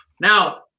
Now